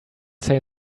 say